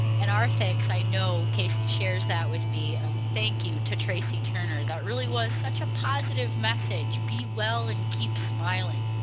and our thanks i know casey shares that with me ah thank you to tracy turner. that really was such a positive message be well and keep smiling.